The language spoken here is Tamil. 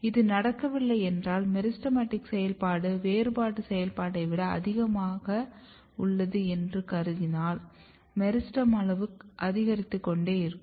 இது நடக்கவில்லை என்றால் மெரிஸ்டெமடிக் செயல்பாடு வேறுபாடு செயல்பாட்டை விட அதிகமாக உள்ளது என்று கருதினால் மெரிஸ்டெம் அளவு அதிகரித்துக்கொண்டே இருக்கும்